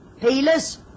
Peelers